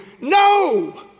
no